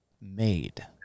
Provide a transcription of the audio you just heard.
made